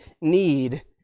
need